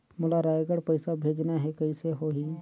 मोला रायगढ़ पइसा भेजना हैं, कइसे होही?